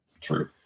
true